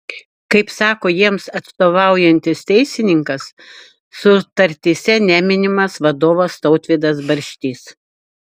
kaip sako jiems atstovaujantis teisininkas sutartyse neminimas vadovas tautvydas barštys